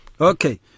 Okay